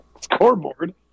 scoreboard